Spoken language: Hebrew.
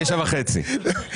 21:30,